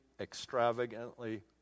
extravagantly